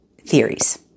theories